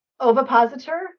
ovipositor